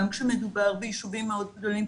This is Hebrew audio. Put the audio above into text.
גם כשמדובר ביישובים מאוד גדולים.